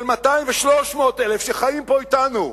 של 200,000 ו-300,000, שחיים פה אתנו,